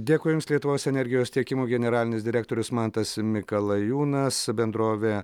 dėkui jums lietuvos energijos tiekimo generalinis direktorius mantas mikalajūnas bendrovė